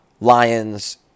Lions